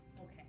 Okay